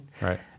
Right